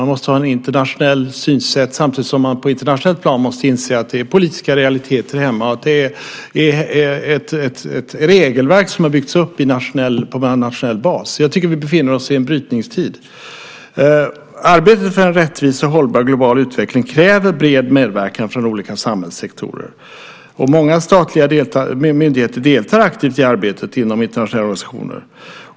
Man måste ha ett internationellt synsätt samtidigt som man på ett internationellt plan måste inse att det är politiska realiteter hemma och att det är ett regelverk som har byggts upp på nationell bas. Jag tycker att vi befinner oss i en brytningstid. Arbetet för en rättvis och hållbar global utveckling kräver bred medverkan från olika samhällssektorer. Många statliga myndigheter deltar aktivt i arbetet inom internationella organisationer.